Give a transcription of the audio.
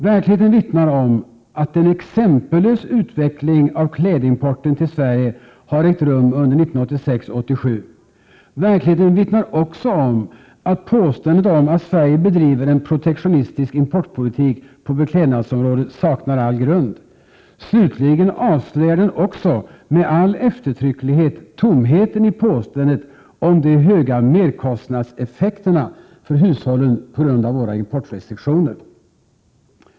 Verkligheten vittnar om att en exempellös utveckling av klädimporten till Sverige har ägt rum under 1986 och 1987. Verkligheten vittnar också om att påståendet om att Sverige bedriver en protektionistisk importpolitik på beklädnadsområdet saknar all grund. Slutligen avslöjar den också med all eftertrycklighet tomheten i påståendet om de höga merkostnadseffekterna för hushållen på grund av våra importrestriktioner.